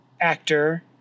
actor